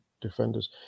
defenders